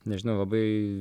nežinau labai